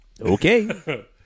Okay